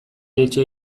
jaitsi